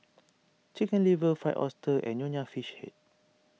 Chicken Liver Fried Oyster and Nonya Fish Head